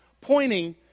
pointing